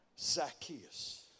Zacchaeus